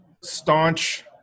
staunch